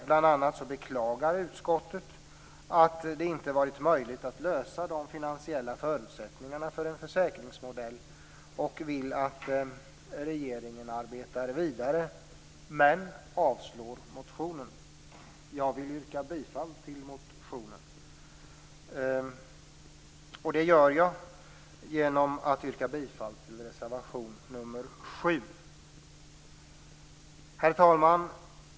Bl.a. beklagar utskottet att det inte varit möjligt att lösa de finansiella förutsättningarna för en försäkringsmodell och vill att regeringen arbetar vidare, men man avstyrker motionen. Jag vill yrka bifall till motionen, och det gör jag genom att yrka bifall till reservation nr 7. Herr talman!